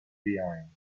behind